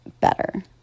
better